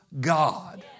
God